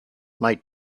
might